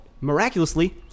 Miraculously